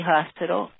Hospital